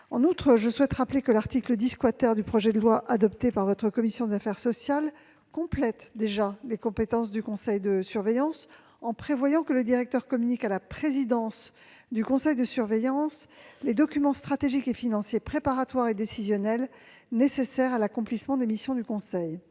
En outre, je souhaite rappeler que l'article 10 du projet de loi adopté par votre commission des affaires sociales complète déjà les compétences du conseil de surveillance en prévoyant que « le directeur communique à la présidence du conseil de surveillance les documents stratégiques et financiers préparatoires et décisionnels nécessaires à l'accomplissement des missions du conseil